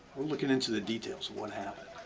we're looking into the details of what happened?